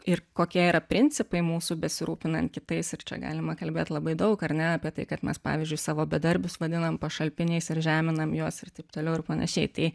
ir kokie yra principai mūsų besirūpinant kitais ir čia galima kalbėt labai daug ar ne apie tai kad mes pavyzdžiui savo bedarbius vadinam pašalpiniais ar žeminam juos ir taip toliau ir panašiai tai